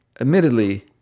admittedly